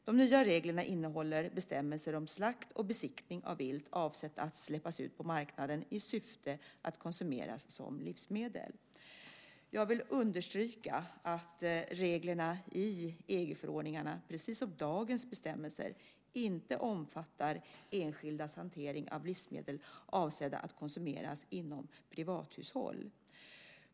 De nya reglerna innehåller bestämmelser om slakt och besiktning av vilt avsett att släppas ut på marknaden i syfte att konsumeras som livsmedel. Jag vill understryka att reglerna i EG-förordningarna, precis som dagens bestämmelser, inte omfattar enskildas hantering av livsmedel avsedda att konsumeras inom privathushåll.